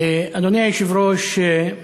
אדוני היושב-ראש,